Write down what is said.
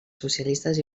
socialistes